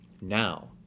Now